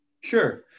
Sure